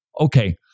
Okay